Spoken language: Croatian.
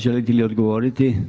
Želite li odgovoriti?